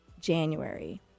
January